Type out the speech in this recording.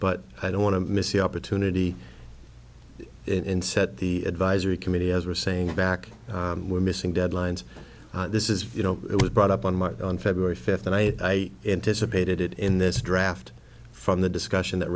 but i don't want to miss the opportunity in set the advisory committee as we're saying back we're missing deadlines this is you know it was brought up on mark on february fifth and i anticipated it in this draft from the discussion that